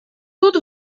тут